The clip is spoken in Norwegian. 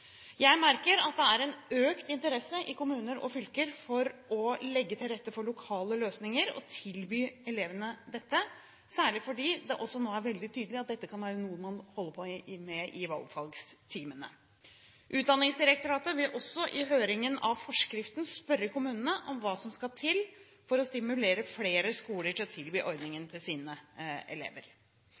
Jeg merker at det er en økt interesse i kommuner og fylker for å legge til rette for lokale løsninger og tilby elevene dette, særlig fordi det nå er veldig tydelig at dette kan være noe man holder på med i valgfagstimene. Utdanningsdirektoratet vil også i høringen av forskriften spørre kommunene om hva som skal til for å stimulere flere skoler til å tilby ordningen til sine elever.